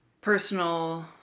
personal